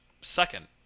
second